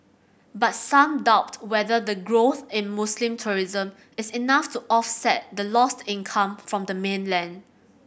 but some doubt whether the growth in Muslim tourism is enough to offset the lost income from the mainland